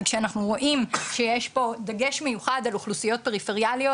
וכשאנחנו רואים שיש פה דגש מיוחד על אוכלוסיות פריפריאליות,